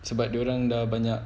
sebab dia orang dah ada banyak